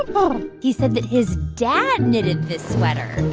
um he said that his dad knitted this sweater.